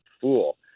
fool